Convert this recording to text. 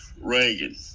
Reagan